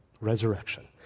resurrection